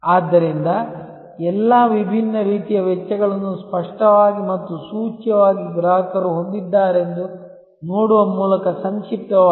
ಆದ್ದರಿಂದ ಎಲ್ಲಾ ವಿಭಿನ್ನ ರೀತಿಯ ವೆಚ್ಚಗಳನ್ನು ಸ್ಪಷ್ಟವಾಗಿ ಮತ್ತು ಸೂಚ್ಯವಾಗಿ ಗ್ರಾಹಕರು ಹೊಂದಿದ್ದಾರೆಂದು ನೋಡುವ ಮೂಲಕ ಸಂಕ್ಷಿಪ್ತವಾಗಿ